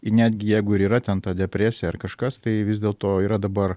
į netgi jeigu ir yra ten ta depresija ar kažkas tai vis dėlto yra dabar